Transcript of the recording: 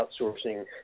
outsourcing